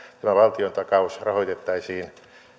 valtiontakaus rahoitettaisiin